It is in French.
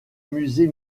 musée